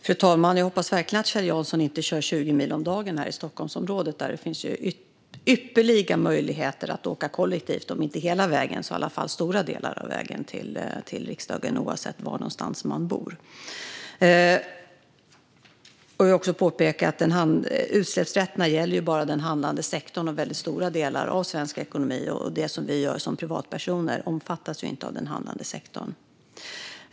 Fru talman! Jag hoppas verkligen att Kjell Jansson inte kör 20 mil om dagen här i Stockholmsområdet, där det finns ypperliga möjligheter att åka kollektivt, om inte hela vägen så i alla fall stora delar av vägen till riksdagen. Så är det oavsett var någonstans i Stockholmsområdet man bor. Jag vill också påpeka att utsläppsrätterna bara gäller den handlande sektorn, och väldigt stora delar av svensk ekonomi och det som vi gör som privatpersoner omfattas inte av den handlande sektorn.